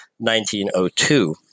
1902